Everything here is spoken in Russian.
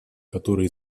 которые